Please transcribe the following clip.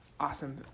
awesome